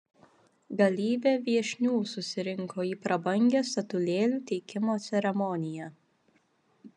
galybė viešnių susirinko į prabangią statulėlių teikimo ceremoniją